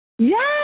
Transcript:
Yes